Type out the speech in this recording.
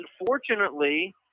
unfortunately